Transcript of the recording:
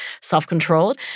self-controlled